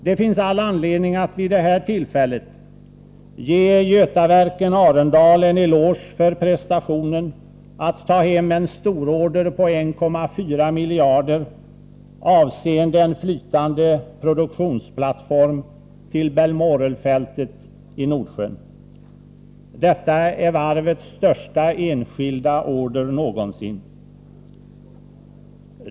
Det finns all anledning att vid det här tillfället ge Götaverken-Arendal en eloge för prestationen att ta hem en stororder på 1,4 miljarder avseende en flytande produktionsplattform till Balmoralfältet i Nordsjön. Detta är varvets största enskilda order någonsin.